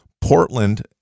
Portland